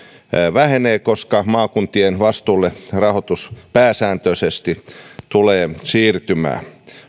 vähenee koska maakuntien vastuulle rahoitus pääsääntöisesti tulee siirtymään